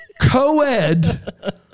co-ed